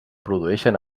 produeixen